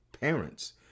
parents